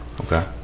okay